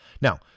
Now